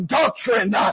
doctrine